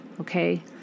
okay